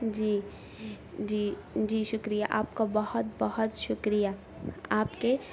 جی جی جی شکریہ آپ کا بہت بہت شکریہ آپ کے